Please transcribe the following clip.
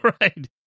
Right